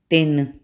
ਤਿੰਨ